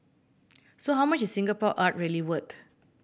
so how much is Singapore art really worth